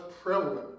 prevalent